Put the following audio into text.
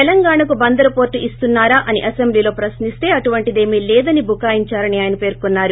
తెలంగాణకు బందరు పోర్టు ఇస్తున్నారా అని అసెంబ్లీలో ప్రక్నిస్తే అలాంటిదేమీ లేదని బుకాయించారని ఆయన పేర్కొన్నారు